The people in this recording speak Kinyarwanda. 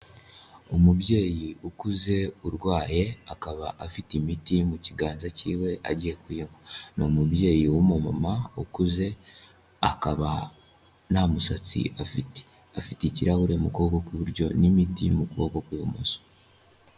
Umubyeyi ukuze urwaye akaba afite imiti mu kiganza cyiwe agiye kuyinywa, ni umubyeyi w'umumama ukuze, akaba nta musatsi afite, afite ikirahure mu kuboko kw'iburyo n'imiti mu kuboko kw'ibumoso.